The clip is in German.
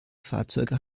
fahrzeuge